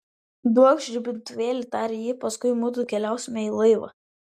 duokš žibintuvėlį tarė ji paskui mudu keliausime į laivą